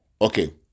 okay